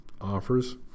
offers